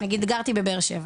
למשל אני, כשגרתי בבאר שבע